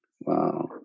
Wow